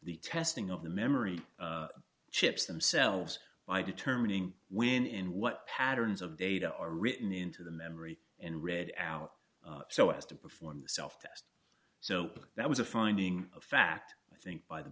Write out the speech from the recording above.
the testing of the memory chips themselves by determining when in what patterns of data are written into the memory and read out so as to perform self test so that was a finding of fact i think by the